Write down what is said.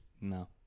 No